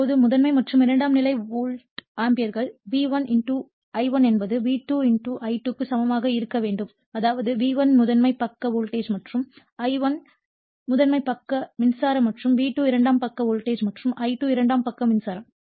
இப்போது முதன்மை மற்றும் இரண்டாம் நிலை வோல்ட் ஆம்பியர்கள் V1 I1 என்பது V2 I2 க்கு சமமாக இருக்க வேண்டும் அதாவது V1 முதன்மை பக்க வோல்டேஜ் மற்றும் I1 முதன்மை பக்க மின்சாரம் மற்றும் V2 இரண்டாம் பக்க வோல்டேஜ் மற்றும் I2 இரண்டாம் பக்க மின்சாரம்